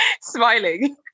smiling